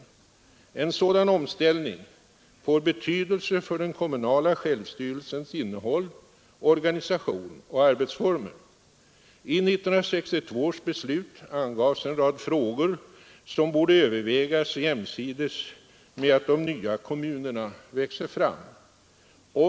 En sådan omställning får betydelse för den kommunala självstyrelsens innehåll, organisation och arbetsformer. I 1962 års beslut angavs en rad frågor som borde övervägas jämsides med att de nya kommunerna växer fram.